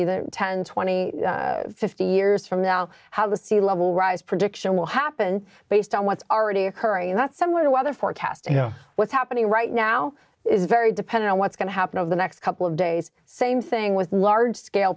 either ten twenty fifty years from now how the sea level rise prediction will happen based on what's already occurring that summer weather forecast you know what's happening right now is very dependent on what's going to happen over the next couple of days same thing with large scale